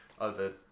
over